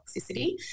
toxicity